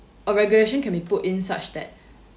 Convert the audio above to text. a regulation can be put in such that